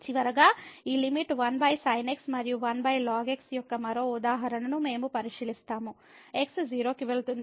చివరగా ఈ లిమిట్1sinx మరియు 1 lnx యొక్క మరో ఉదాహరణను మేము పరిశీలిస్తాము x 0 కి వెళుతుంది